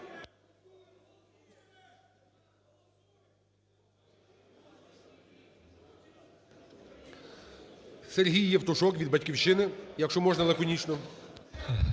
Сергій Євтушок від "Батьківщини". Якщо можна, лаконічно.